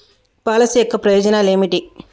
Policy యొక్క ప్రయోజనాలు ఏమిటి?